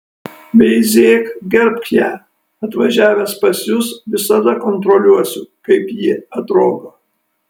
veizėk gerbk ją atvažiavęs pas jus visados kontroliuosiu kaip ji atrodo